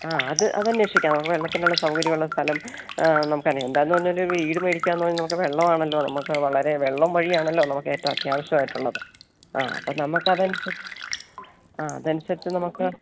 ആ അത് അത് അന്വേഷിക്കാം നമുക്ക് വെള്ളത്തിനുള്ള സൗകര്യം ഉള്ള സ്ഥലം നമുക്ക് അറിയാം എന്താണെന്ന് പറഞ്ഞാൽ ഒരു വീട് മേടിക്കുക എന്ന് പറഞ്ഞാൽ നമുക്ക് വെള്ളമാണല്ലോ നമുക്ക് വളരെ വെള്ളം വഴിയാണല്ലോ നമുക്ക് ഏറ്റവും അത്യാവശ്യമായിട്ടുള്ളത് ആ അപ്പം നമ്മൾക്ക് അത് അനുസരിച്ചു ആ അത് അനുസരിച്ചു നമുക്ക്